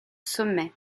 sommets